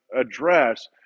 address